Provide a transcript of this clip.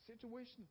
situation